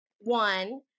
One